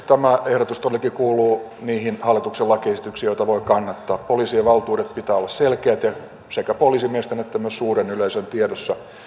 ehdotus todellakin kuuluu niihin hallituksen lakiesityksiin joita voi kannattaa poliisien valtuuksien pitää olla selkeät ja sekä poliisimiesten että myös suuren yleisön tiedossa